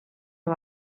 you